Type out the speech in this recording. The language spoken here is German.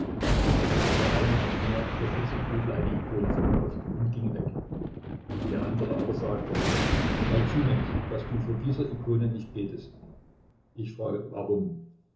der eine hatte mir für vierzig rubel eine ikone verkauft und ging weg der andere aber sagte schau zu mensch daß du vor dieser ikone nicht betest ich frage warum